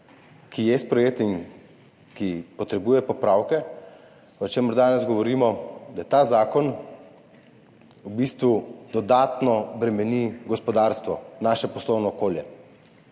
ki je sprejet in ki potrebuje popravke, o čemer danes govorimo, v bistvu dodatno bremeni gospodarstvo, naše poslovno okolje.